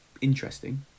interesting